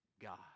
God